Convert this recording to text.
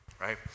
right